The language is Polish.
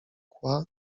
kła